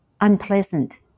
unpleasant